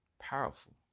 powerful